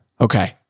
okay